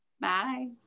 Bye